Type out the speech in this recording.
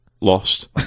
lost